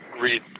read